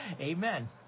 Amen